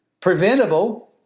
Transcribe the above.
preventable